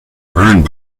burned